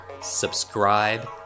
Subscribe